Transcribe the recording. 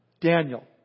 Daniel